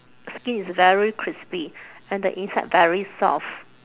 skin is very crispy and the inside very soft